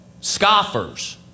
scoffers